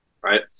right